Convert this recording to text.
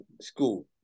school